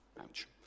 Ouch